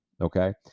okay